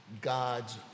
God's